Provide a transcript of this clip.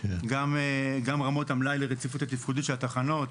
גם רמות המלאי לרציפות התפקודית של התחנות,